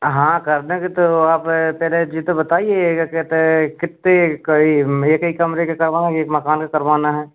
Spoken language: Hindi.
हाँ कर देंगे तो आप पहले यह तो बताइए क्या कहते हैं कितने का यह एक ही कमरे का करवाना एक मकान का करवाना है